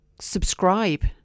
subscribe